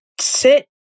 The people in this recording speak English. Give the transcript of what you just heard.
sit